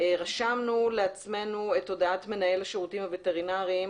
רשמנו לעצמנו את הודעת מנהל השירותים הווטרינריים